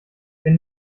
wenn